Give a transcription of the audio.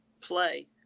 play